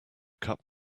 cup